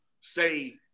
say